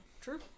True